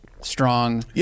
strong